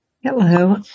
Hello